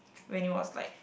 when it was like